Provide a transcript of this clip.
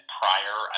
prior